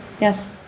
yes